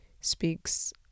speaks